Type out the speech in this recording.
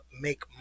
make